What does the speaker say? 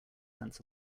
sense